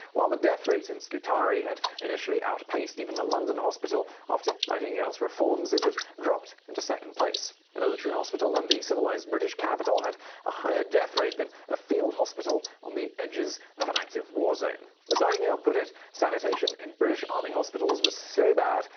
while the death rate in scutari had initially outpaced even the london hospital, after nightingale's reforms, it had dropped into second place. a military hospital in the civilized british capital had a higher death rate than a field hospital on the edges of an active warzone. as nightingale put it, sanitation in british army hospitals was so bad,